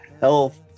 health